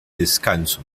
descanso